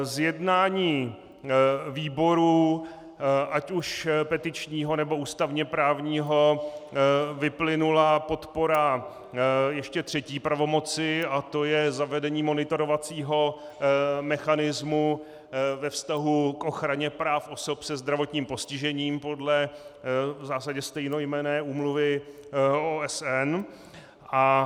Z jednání výboru, ať už petičního, nebo ústavněprávního, vyplynula podpora ještě třetí pravomoci a to je zavedení monitorovacího mechanismu ve vztahu k ochraně práv osob se zdravotním postižením podle v zásadě stejnojmenné úmluvy OSN.